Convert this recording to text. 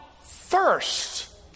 first